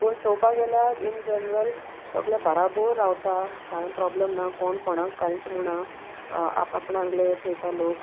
पूण चोवपा गेल्यार इन जनरल सोगले बाराबोर रावता कांय प्रोब्लेम ना कोण कोणाक कांयच म्हूणा आप आपणांगले चोयता लोक